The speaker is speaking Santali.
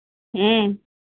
ᱦᱮᱸ